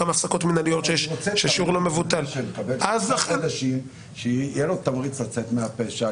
אני רוצה שלבן אדם שמקבל שישה חודשים יהיה תמריץ לצאת מהפשע,